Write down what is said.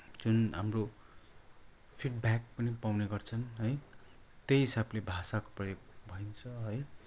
जुन हाम्रो फिडब्याक पनि पाउने गर्छन् है त्यही हिसाबले भाषाको प्रयोग हुन्छ है